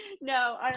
No